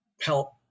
help